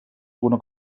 alguna